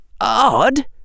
Odd